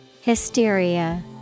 Hysteria